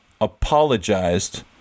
apologized